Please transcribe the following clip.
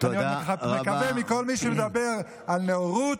נקווה שכל מי שמדבר על נאורות,